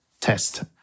test